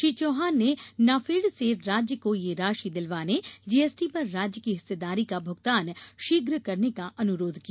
श्री चौहान ने नाफेड से राज्य को ये राशि दिलवाने जीएसटी पर राज्य की हिस्सेदारी का भुगतान शीघ्र करने का अनुरोध किया